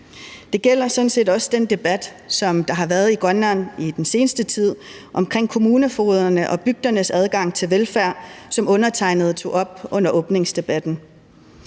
set også den debat, som der har været i Grønland i den seneste tid om kommunefogederne og bygdernes adgang til velfærd, og som undertegnede tog op under åbningsdebatten.